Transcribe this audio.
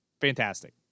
fantastic